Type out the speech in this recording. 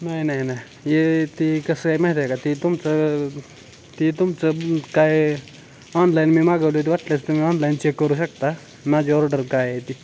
नाही नाही नाही ये ती कसं आहे माहिती आहे का ती तुमचं ती तुमचं काय ऑनलाईन मी मागवली होती वाटल्यास तुम्ही ऑनलाईन चेक करू शकता माझी ऑर्डर काय आहे ती